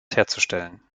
herzustellen